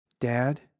Dad